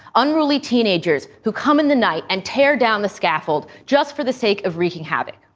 unruly teenagers who come in the night and tear down the scaffold, just for the sake of wreaking havoc.